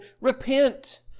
repent